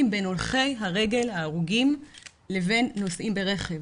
בין הולכי הרגל ההרוגים לבין נוסעים ברכב.